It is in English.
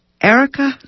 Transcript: Erica